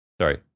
sorry